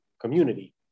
community